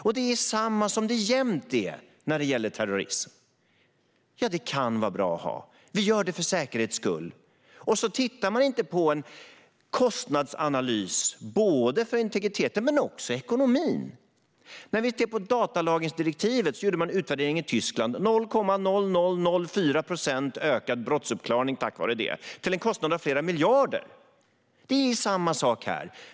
Och det är samma sak som det jämt är när det gäller terrorism: Ja, det kan vara bra att ha. Vi gör det för säkerhets skull. Sedan gör man ingen analys vad gäller integritet eller ekonomi. I Tyskland gjorde man en utvärdering av datalagringsdirektivet. Det blev 0,0004 procent ökad brottsuppklarning tack vare detta till en kostnad av flera miljarder. Det är samma sak här.